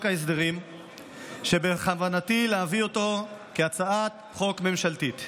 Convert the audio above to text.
ההסדרים ובכוונתי להביא אותו כהצעת חוק ממשלתית.